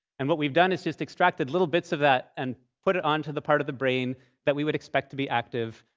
and what we've done is just extracted little bits of that and put it onto the part of the brain that we would expect to be active,